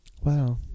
Wow